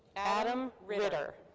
adam ritter.